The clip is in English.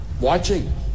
watching